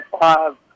five